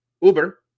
Uber